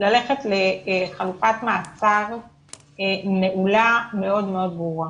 ללכת לחלופת מעצר נעולה מאוד מאוד ברורה,